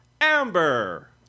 Amber